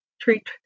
treat